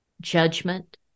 judgment